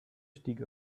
stieg